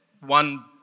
one